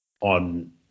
on